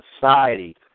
society